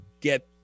get